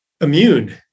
immune